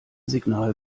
signal